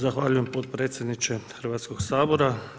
Zahvaljujem potpredsjedniče Hrvatskog sabora.